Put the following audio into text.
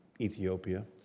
Ethiopia